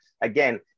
again